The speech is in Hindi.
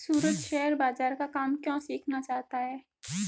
सूरज शेयर बाजार का काम क्यों सीखना चाहता है?